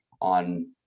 on